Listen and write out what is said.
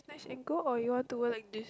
can go or you want to wear like this